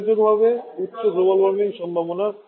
উল্লেখযোগ্যভাবে উচ্চ global warming সম্ভাবনা